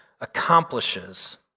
accomplishes